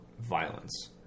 violence